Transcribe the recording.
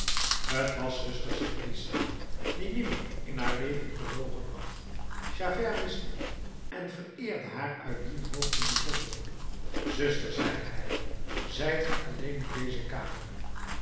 t was zuster simplicia die nimmer in haar leven gelogen had javert wist dit en vereerde haar uit dien hoofde bijzonder zuster zeide hij zijt ge alleen in deze kamer